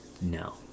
no